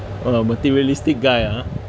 what a materialistic guy ah